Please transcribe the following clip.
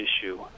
issue